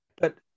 but-